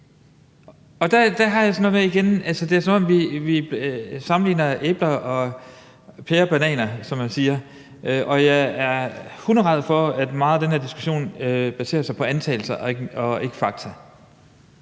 jeg det sådan, at det er, som om vi sammenligner æbler og pærer, og jeg er hunderæd for, at meget af den her diskussion baserer sig på antagelser og ikke på fakta.